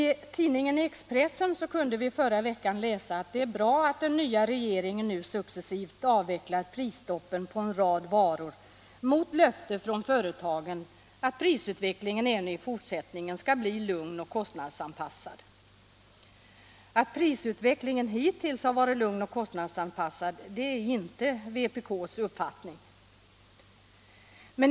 I tidningen Expressen kunde vi förra veckan läsa att det är bra att den nya regeringen nu successivt avvecklar prisstoppet på en rad varor mot löfte från företagen att prisutvecklingen även i fortsättningen skall bli ”lugn och kostnadsanpassad”. Att prisutvecklingen hittills har varit lugn och kostnadsanpassad är inte vpk:s uppfattning.